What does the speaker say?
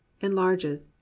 enlarges